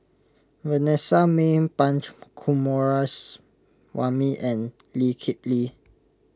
Vanessa Mae Punch Coomaraswamy and Lee Kip Lee